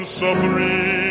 suffering